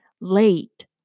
late